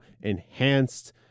enhanced